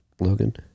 Logan